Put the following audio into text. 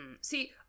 See